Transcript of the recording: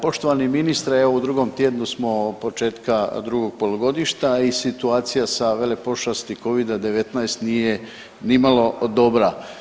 Poštovani ministre, evo u drugom tjednu smo početka drugog polugodišta i situacija sa velepošasti covida-19 nije nimalo dobra.